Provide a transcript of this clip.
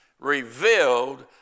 revealed